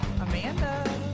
Amanda